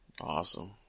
Awesome